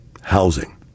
housing